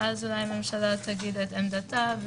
ואז הממשלה תאמר את עמדתה,